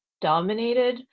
dominated